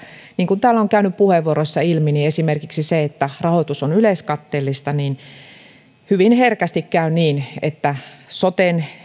niin kuin täällä on käynyt puheenvuoroissa ilmi esimerkiksi sen vuoksi että rahoitus on yleiskatteellista hyvin herkästi käy niin että soten